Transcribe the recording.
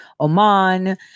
Oman